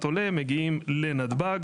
על אלה שיכולים לקבל תעודות זהות בשדה התעופה,